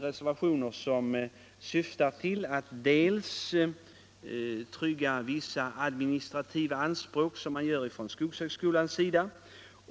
Reservationerna syftar delvis till att tillmötesgå vissa administrativa anspråk från skogshögskolans sida.